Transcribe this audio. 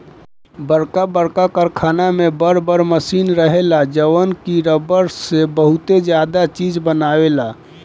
बरका बरका कारखाना में बर बर मशीन रहेला जवन की रबड़ से बहुते ज्यादे चीज बनायेला